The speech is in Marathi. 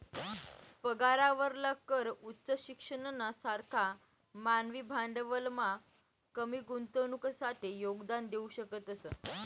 पगारावरला कर उच्च शिक्षणना सारखा मानवी भांडवलमा कमी गुंतवणुकसाठे योगदान देऊ शकतस